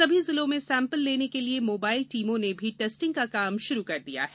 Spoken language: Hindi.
सभी जिलों में सैम्पल लेने के लिये मोबाइल टीमों ने भी टेस्टिंग का काम शुरू कर दिया है